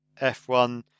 f1